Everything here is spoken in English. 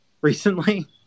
recently